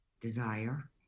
desire